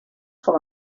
com